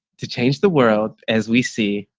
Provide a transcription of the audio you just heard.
to change the world, as we see,